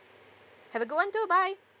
have a good one too bye